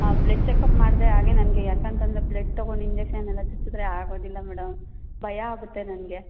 ಹಾಂ blood checkup ಮಾಡಿದೆ ಹಾಗೇ ನನಗೆ ಯಾಕಂತ ಅಂದ್ರೆ ಬ್ಲಡ್ ತಗೊಂಡು ಇಂಜೆಕ್ಷನ್ ಎಲ್ಲ ಚುಚ್ಚಿದ್ದರೆ ಆಗೋದಿಲ್ಲ ಮೇಡಮ್ ಭಯ ಆಗುತ್ತೆ ನನಗೆ